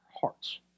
hearts